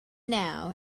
now